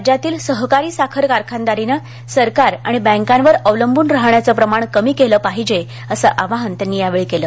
राज्यातील सहकारी साखर कारखानदारीने सरकार आणि बँकांवर अवलंबून राहण्याचं प्रमाण कमी केलं पाहिजे असं आवाहनही त्यांनी केलं